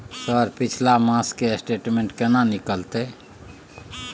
Sir पिछला मास के स्टेटमेंट केना निकलते?